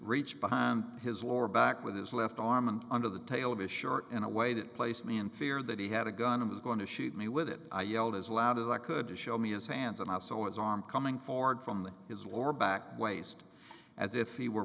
reached behind his lower back with his left arm and under the tail of his shirt in a way that place me in fear that he had a gun i'm going to shoot me with it i yelled as loud as i could to show me as hands and also as on coming forward from his or back waist as if he were